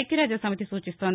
ఐక్యరాజ్యసమితి సూచిస్తోంది